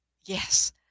Yes